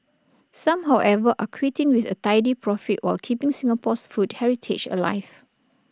some however are quitting with A tidy profit while keeping Singapore's food heritage alive